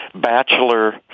bachelor